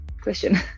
question